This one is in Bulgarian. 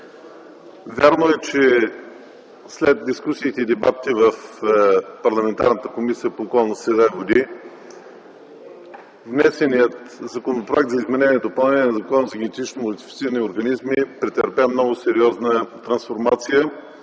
Вярно е, че след дискусиите и дебатите в Комисията по околната среда и водите внесеният Законопроект за изменение и допълнение на Закона за генетично модифицираните организми претърпя много сериозна трансформация